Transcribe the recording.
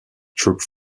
troops